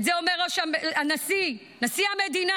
את זה אומר הנשיא, נשיא המדינה.